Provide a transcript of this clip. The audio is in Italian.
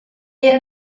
era